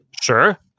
Sure